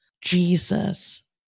Jesus